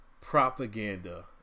propaganda